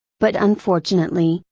but unfortunately,